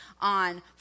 on